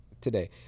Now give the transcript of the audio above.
today